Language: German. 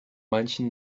manchen